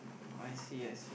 I see I see